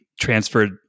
transferred